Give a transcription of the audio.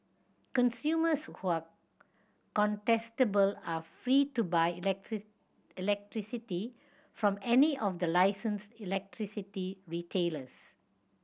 consumers who are contestable are free to buy electricity from any of the licensed electricity retailers